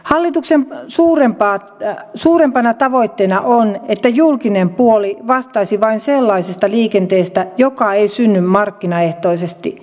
hallituksen suurempana tavoitteena on että julkinen puoli vastaisi vain sellaisesta liikenteestä joka ei synny markkinaehtoisesti